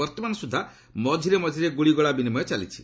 ବର୍ତ୍ତମାନ ସ୍ୱଦ୍ଧା ମଝି ମଝିରେ ଗ୍ରଳିଗୋଳା ବିନିମୟ ଚାଲିଛି